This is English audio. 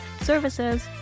services